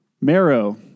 Marrow